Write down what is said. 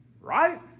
Right